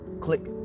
click